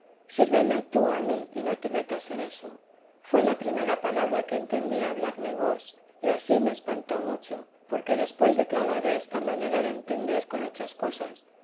sírveme tú a mí y no te metas en eso fué la primera palabra que entendí hablarme vos y ansí me espantó mucho porque después declararé esta manera de entender con otras cosas